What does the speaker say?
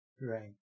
Right